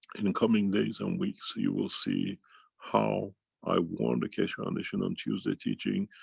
in coming days and weeks, you will see how i warned the keshe foundation, on tuesday teaching,